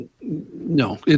No